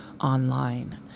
online